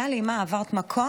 טלי, מה, עברת מקום?